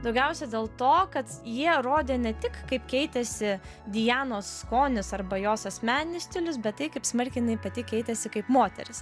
daugiausiai dėl to kad jie rodė ne tik kaip keitėsi dianos skonis arba jos asmeninis stilius bet tai kaip smarkiai jinai pati keitėsi kaip moteris